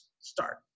start